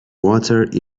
water